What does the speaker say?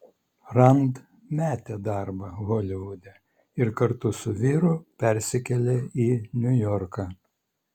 rand metė darbą holivude ir kartu su vyru persikėlė į niujorką